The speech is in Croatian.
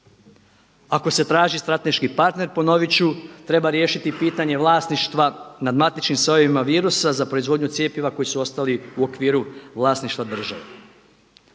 Ako se traži strateški partner, ponovit ću, treba riješiti pitanje vlasništva nad matičnim sojevima virusa za proizvodnju cjepiva koji su ostali u okviru vlasništva države.